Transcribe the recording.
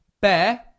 Bear